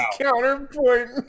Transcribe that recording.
counterpoint